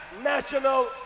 National